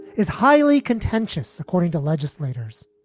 is highly contentious, according to legislators